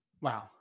Wow